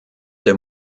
der